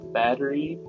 battery